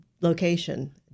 location